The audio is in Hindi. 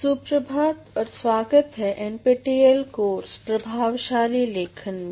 सुप्रभात और स्वागत है NPTEL कोर्स प्रभावशाली लेखन में